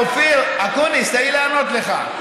אופיר אקוניס, תן לי לענות לך.